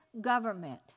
government